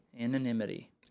anonymity